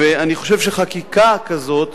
ואני חושב שחקיקה כזאת